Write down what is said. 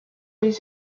his